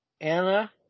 Anna